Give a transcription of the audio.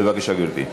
בבקשה, גברתי.